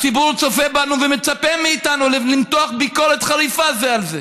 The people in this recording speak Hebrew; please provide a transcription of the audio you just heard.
הציבור צופה בנו ומצפה מאיתנו למתוח ביקורת חריפה זה על זה,